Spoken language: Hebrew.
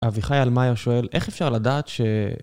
אביחי אלמאייר שואל, איך אפשר לדעת ש...